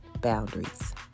boundaries